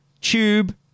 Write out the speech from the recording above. tube